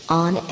on